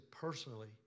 personally